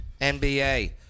NBA